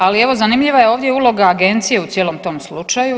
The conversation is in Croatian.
Ali evo zanimljiva je ovdje uloga agencije u cijelom tom slučaju.